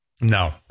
No